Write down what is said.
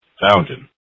Fountain